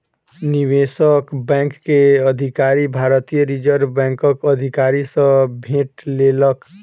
निवेशक बैंक के अधिकारी, भारतीय रिज़र्व बैंकक अधिकारी सॅ भेट केलक